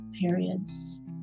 periods